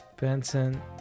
Benson